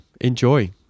Enjoy